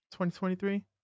2023